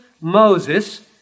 Moses